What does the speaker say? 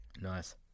Nice